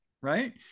right